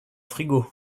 frigo